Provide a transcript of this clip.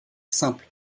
simples